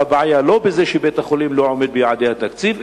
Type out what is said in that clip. והבעיה היא לא בזה שבית-החולים לא עומד ביעדי התקציב,